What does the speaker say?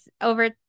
over